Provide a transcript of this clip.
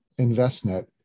InvestNet